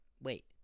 Wait